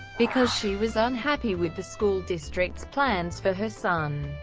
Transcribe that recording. because she was unhappy with the school district's plans for her son.